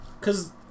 Cause